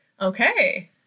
Okay